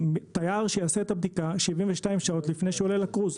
שתייר יעשה את הבדיקה 72 שעות לפני שהוא יעלה לקרוז,